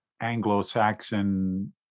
Anglo-Saxon